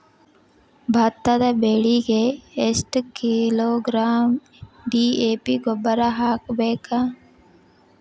ಭತ್ತದ ಬೆಳಿಗೆ ಎಷ್ಟ ಕಿಲೋಗ್ರಾಂ ಡಿ.ಎ.ಪಿ ಗೊಬ್ಬರ ಹಾಕ್ಬೇಕ?